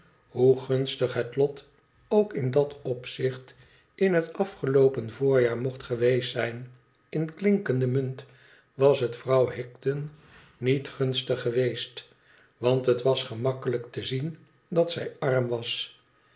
hoe gunstig het lot ook in dat opzicht in het afgeloopen voorjaar mocht geweest zijn in klinkende munt was het vrouw higden niet gunstig geweest want het was gemakkelijk te zien dat zij arm was